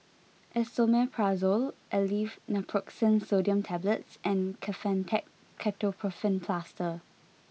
Esomeprazole Aleve Naproxen Sodium Tablets and Kefentech Ketoprofen Plaster